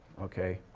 okay.